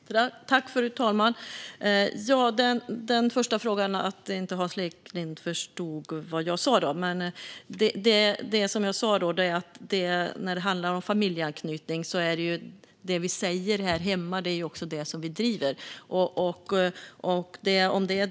Fru talman! Låt mig börja med den första frågan, där Hans Eklind inte förstod vad jag sa. Det jag sa var att i frågan om familjeanknytning är det vi säger här hemma också det som vi driver i EU.